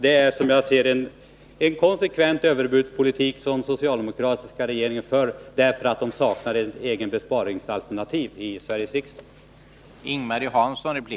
Det är, som jag ser det, en konsekvent överbudspolitik som socialdemokraterna för, därför att de saknar ett eget besparingsalternativ i Sveriges riksdag.